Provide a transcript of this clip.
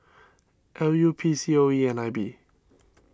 L U P C O E and I B